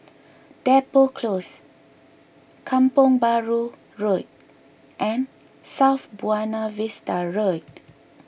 Depot Close Kampong Bahru Road and South Buona Vista Road